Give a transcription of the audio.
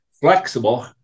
flexible